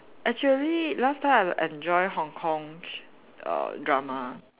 actually last time I enjoy Hong-Kong err drama